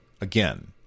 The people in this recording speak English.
again